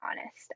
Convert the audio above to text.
honest